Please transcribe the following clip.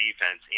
defense